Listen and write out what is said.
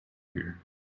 here